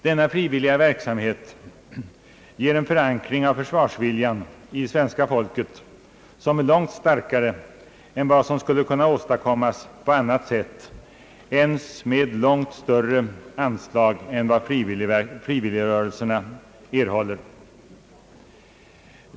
Denna frivilliga verksamhet ger en förankring av försvarsviljan i svenska folket som är långt starkare än vad som skulle kunna åstadkommas på annat sätt ens med långt större anslag än vad frivilligrörelserna erhåller.